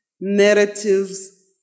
narratives